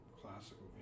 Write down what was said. classical